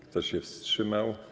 Kto się wstrzymał?